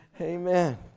Amen